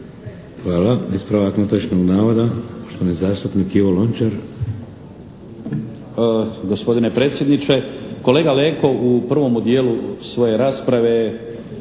Hvala. Ispravak netočnog navoda, poštovani zastupnik Ivo Lončar.